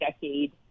decade